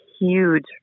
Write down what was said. huge